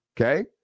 okay